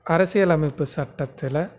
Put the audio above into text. அரசியல் அமைப்பு சட்டத்தில்